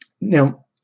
Now